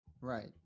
Right